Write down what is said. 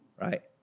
right